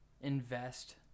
invest